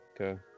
okay